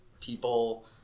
people